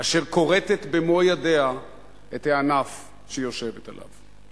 אשר כורתת במו-ידיה את הענף שהיא יושבת עליו?